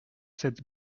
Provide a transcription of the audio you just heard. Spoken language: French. sept